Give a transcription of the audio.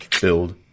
build